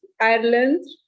Ireland